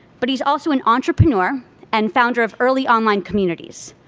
but he's also an entrepreneur and founder of early online communities.